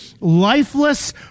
Lifeless